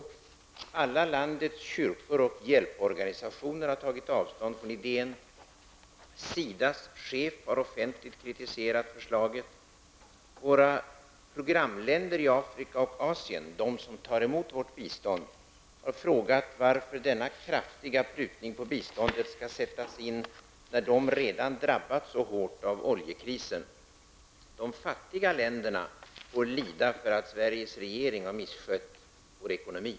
Alla landets kyrkor och hjälporganisationer har tagit avstånd från idén. SIDAs chef har offentligt kritiserat förslaget. Våra programländer i Afrika och Asien, vilka tar emot vårt bistånd, har frågat varför denna kraftiga prutning på biståndet skall sättas in när de redan har drabbats så hårt av oljekrisen. De fattiga länderna får lida för att Sveriges regering har misskött vår ekonomi.